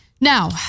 Now